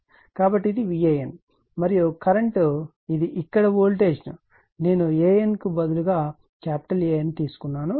కాబట్టి ఇది VAN మరియు కరెంట్ ఇది ఇక్కడ వోల్టేజ్ నేను an కు బదులుగా AN తీసుకున్నాను